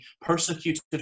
persecuted